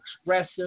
expressive